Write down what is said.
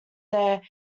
their